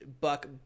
buck